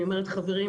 אני אומרת חברים,